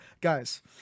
Guys